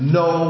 no